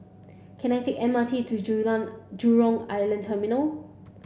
can I take M R T to Jurong Island Terminal